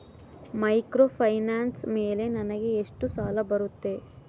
Microfinance ಮೇಲೆ ನನಗೆ ಎಷ್ಟು ಸಾಲ ಬರುತ್ತೆ?